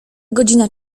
godzina